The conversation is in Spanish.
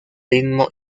ritmo